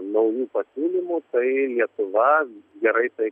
naujų pasiūlymų tai lietuva gerai tai